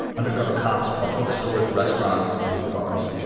and cover cops trawled bookstores, restaurants and hookah bars,